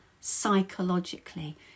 psychologically